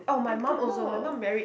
I don't know